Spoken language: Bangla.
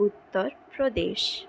উত্তরপ্রদেশ